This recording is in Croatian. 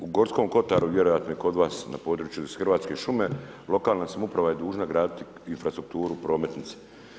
U Gorskom Kotaru, vjerojatno i kod vas na području gdje su Hrvatske šume lokalna samouprava je dužna graditi infrastrukturu prometnice.